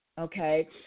okay